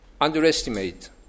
underestimate